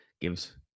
gives